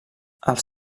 els